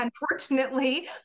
unfortunately